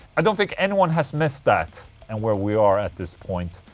i don't think anyone has missed that and where we are at this point.